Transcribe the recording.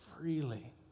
freely